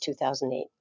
2008